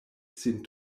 sin